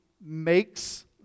makes